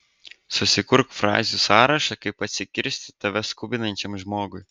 susikurk frazių sąrašą kaip atsikirsti tave skubinančiam žmogui